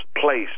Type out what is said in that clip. place